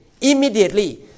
Immediately